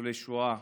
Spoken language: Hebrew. ניצולי שואה,